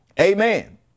Amen